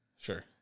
Sure